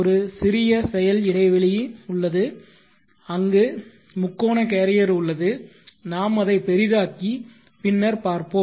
ஒரு சிறிய செயல் இடைவெளி ம் உள்ளது அங்கு முக்கோண கேரியர் உள்ளது நாம் அதை பெரிதாக்கி பின்னர் பார்ப்போம்